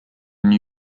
new